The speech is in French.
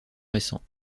récents